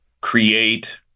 create